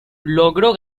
logró